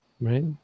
right